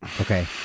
Okay